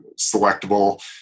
selectable